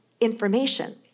information